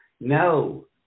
no